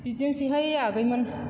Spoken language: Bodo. बिदिनोसैहाय आगैमोन